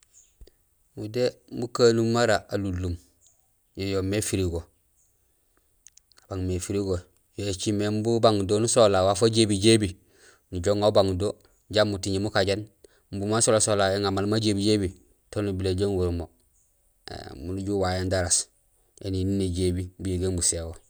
Udé mukanum mara alunlum yo yoomé éfirgo waamé éfirgo yo écimé imbi ubang do nu sola waaf wa jébi jébi, nujoow uŋa ubang do jambi muting mukajéén imbi may nulola sola, éŋa maal ma jébijébi, to nubilé éjoow uŋorul mo éém miin uju uwayéén daraas énini néjébi, buyégéhi busého.